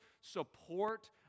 support